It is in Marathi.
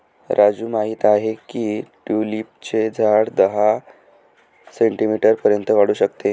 राजू माहित आहे की ट्यूलिपचे झाड दहा सेंटीमीटर पर्यंत वाढू शकते